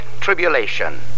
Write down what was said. Tribulation